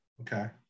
okay